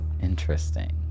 Interesting